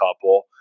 couple